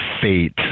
fate